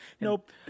Nope